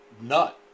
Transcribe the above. nut